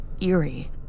eerie